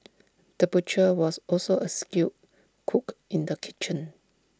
the butcher was also A skilled cook in the kitchen